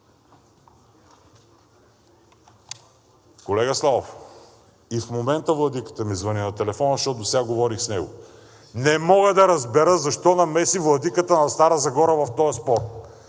Колега Славов, и в момента владиката ми звъни на телефона, защото досега говорих с него. Не мога да разбера защо намеси владиката на Стара Загора в този спор?!